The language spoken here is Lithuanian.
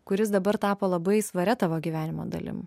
kuris dabar tapo labai svaria tavo gyvenimo dalim